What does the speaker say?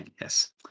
Yes